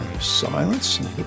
silence